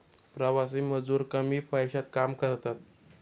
प्रवासी मजूर कमी पैशात काम करतात